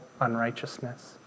unrighteousness